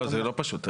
לא, זה לא פשוט.